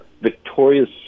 Victoria's